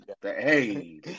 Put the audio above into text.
hey